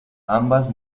ambas